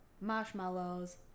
marshmallows